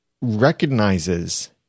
recognizes